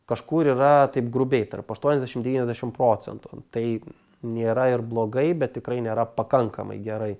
kažkur yra taip grubiai tarp aštuoniasdešim devyniasdešim procentų tai nėra ir blogai bet tikrai nėra pakankamai gerai